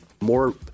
more